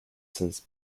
since